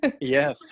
Yes